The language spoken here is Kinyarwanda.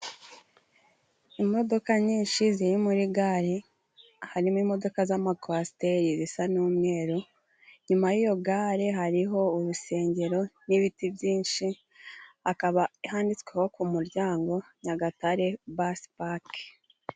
Imodoka nyinshi ziri muri gare harimo imodoka z'ama kwasiteri zisa n'umweru, nyuma y'iyo gare hariho urusengero n'ibiti byinshi, hakaba handitsweho ku muryango Nyagatare basipake.